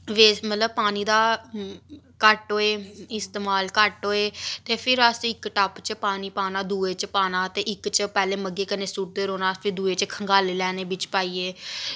best मतलब पानी दा घट्ट होए इस्तेमाल घट्ट होए ते फिर अस इक टप्प च पानी पाना दुए च पाना ते इक च पैह्लें म'ग्गे कन्नै सुटदे रौह्ना फिर दुए च खंगानी लैने बिच्च पाइयै